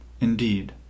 Indeed